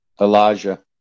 Elijah